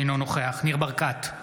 אינו נוכח ניר ברקת,